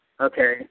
Okay